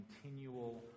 continual